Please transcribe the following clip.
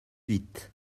vite